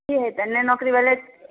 की हेतै नहि नौकरी भेलै